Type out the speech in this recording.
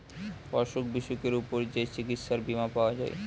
অসুখ বিসুখের উপর যে চিকিৎসার বীমা পাওয়া যায়